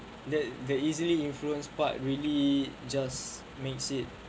the the easily influence part really just makes it